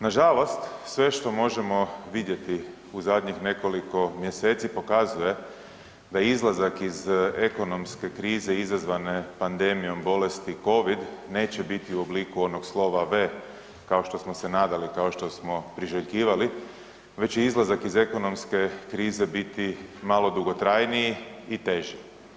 Nažalost sve što možemo vidjeti u zadnjih nekoliko mjeseci pokazuje da izlazak iz ekonomske krize izazvane pandemijom bolesti Covid neće biti u obliku onog slova V kao što smo se nadali, kao što smo priželjkivali, već će izlazak iz ekonomske krize biti malo dugotrajniji i teži.